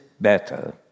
better